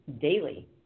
daily